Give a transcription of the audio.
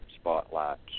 spotlights